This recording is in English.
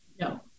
No